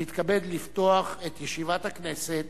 אני מתכבד לפתוח את ישיבת הכנסת.